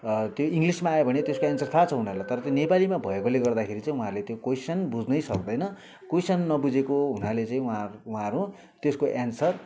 त्यो इङ्ग्लिसमा आयो भने त्यसको एन्सर थाहा छ उनीहरूलाई तर त्यो नेपालीमा भएकोले गर्दाखेरि चाहिँ उहाँहरूले त्यो कोइसन बुझ्नै सक्दैन कोइसन नबुझेको हुनाले चाहिँ उहाँहरू उहाँहरू त्यसको एन्सर